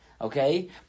okay